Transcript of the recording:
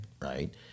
right